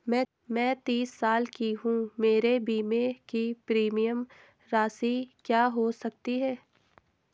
मैं तीस साल की हूँ मेरे बीमे की प्रीमियम राशि क्या हो सकती है?